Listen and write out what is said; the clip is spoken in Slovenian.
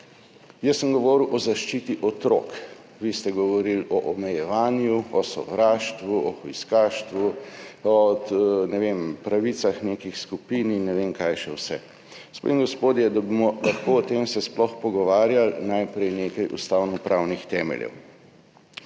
Jaz sem govoril o zaščiti otrok. Vi ste govorili o omejevanju, o sovraštvu, o hujskaštvu, o pravicah nekih skupin in ne vem kaj še vse. Gospe in gospodje, da se bomo lahko o tem sploh pogovarjali, najprej nekaj ustavnopravnih temeljev.